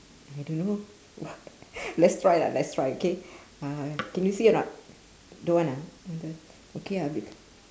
I dunno !wah! let's try lah let's try K uh can you see or not don't want ah mm K okay ah